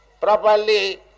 properly